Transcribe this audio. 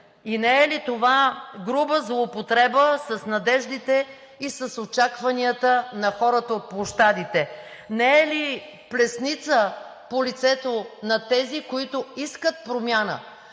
Не е ли това груба злоупотреба с надеждите и с очакванията на хората от площадите, не е ли плесница по лицето на тези, които искат промяна,